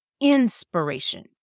inspiration